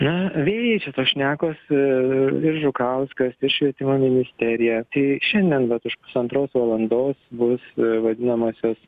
na vėjai čia tos šnekos ir žukauskas ir švietimo ministerija tai šiandien vat už pusantros valandos bus vadinamosios